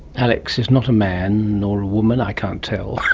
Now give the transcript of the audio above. alex is not a man, nor a woman, i can't tell,